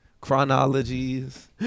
chronologies